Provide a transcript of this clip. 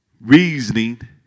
reasoning